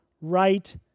right